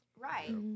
Right